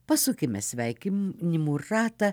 pasukime sveikinimų ratą